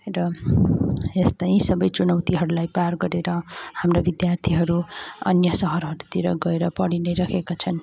र यस्तै सबै चुनौतीहरूलाई पार गरेर हाम्रो विद्यार्थीहरू अन्य सहरहरूतिर गएर पढी नै रहेका छन्